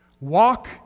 walk